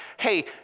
hey